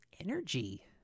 energy